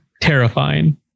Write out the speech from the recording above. terrifying